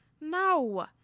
no